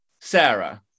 Sarah